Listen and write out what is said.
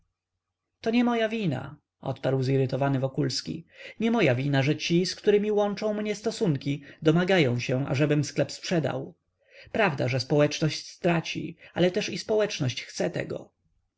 to nie moja wina odparł zirytowany wokulski nie moja wina że ci z którymi łączą mnie stosunki domagają się ażebym sklep sprzedał prawda że społeczność straci ale też i społeczność chce tego